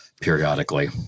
periodically